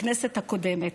בכנסת הקודמת.